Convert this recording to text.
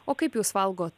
o kaip jūs valgot